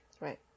Right